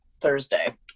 Thursday